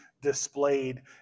displayed